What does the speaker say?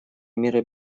мира